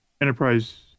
Enterprise